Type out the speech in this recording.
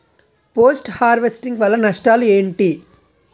Post harvesting వల్ల నష్టాలు ఏంటి?